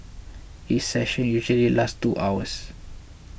each session usually lasts two hours